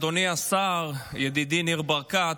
אדוני השר ידידי ניר ברקת,